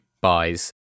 buys